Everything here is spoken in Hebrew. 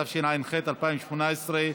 התשע"ח 2018,